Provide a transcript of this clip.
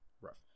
Rough